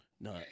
No